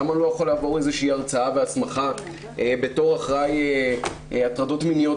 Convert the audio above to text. למה הוא לא יכול לעבור הרצאה והסמכה בתור אחראי הטרדות מיניות,